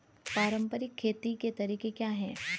पारंपरिक खेती के तरीके क्या हैं?